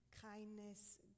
kindness